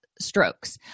strokes